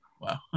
Wow